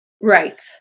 Right